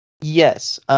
Yes